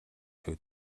шүү